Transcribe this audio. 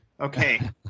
Okay